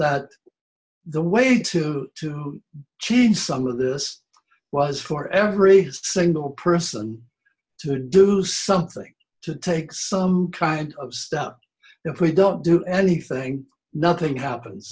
that the way to to change some of this was for every single person to do something to take some kind of step if we don't do anything nothing happens